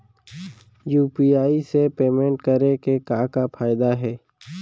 UPI से payment करे के का का फायदा हे?